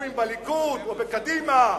הוא בליכוד, או בקדימה?